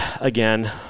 Again